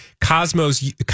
Cosmo's